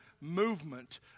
movement